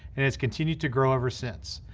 and has continued to grow ever since.